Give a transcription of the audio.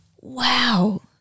wow